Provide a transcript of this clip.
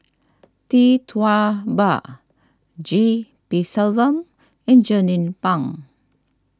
Tee Tua Ba G P Selvam and Jernnine Pang